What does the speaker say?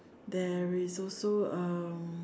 there is also um